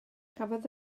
cafodd